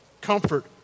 comfort